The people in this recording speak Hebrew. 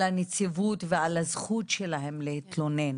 הנציבות ועל הזכות שלהם להתלונן.